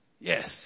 Yes